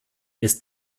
ist